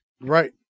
right